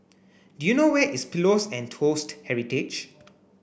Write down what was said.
do you know where is Pillows and Toast Heritage